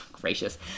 gracious